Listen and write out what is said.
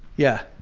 yeah.